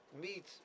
meat